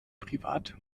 privat